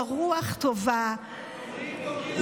לרוח טובה,